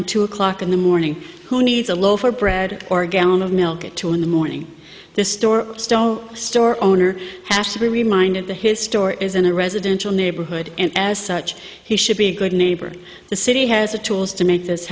in two o'clock in the morning who needs a loaf of bread or a gallon of milk at two in the morning this store style store owner has to be reminded the his store is in a residential neighborhood and as such he should be a good neighbor the city has the tools to make this